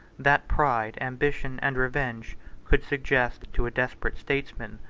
that pride, ambition, and revenge could suggest to a desperate statesman.